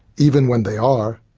even when they are,